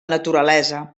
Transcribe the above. naturalesa